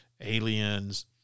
aliens